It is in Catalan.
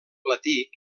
platí